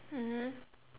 mmhmm